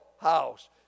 house